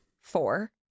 Four